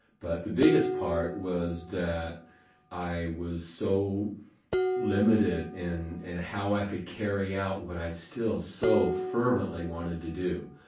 but the biggest part was that i was so limited in and how how i could carry out what i still so fervently wanted to do,